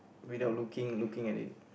without looking looking at it